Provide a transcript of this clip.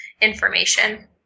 information